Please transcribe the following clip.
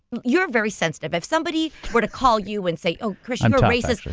you're very sensitive. if somebody were to call you and say ah chris, um you're a racist,